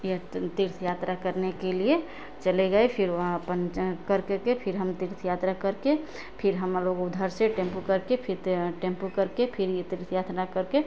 यह तीर्थ यात्रा करने के लिए चले गए फिर वहाँ अपन कर करके फिर हम तीर्थ यात्रा करके फिर हम लोग उधर से टेम्पू करके फिर टेम्पू करके फिर ये तीर्थ यात्रा करके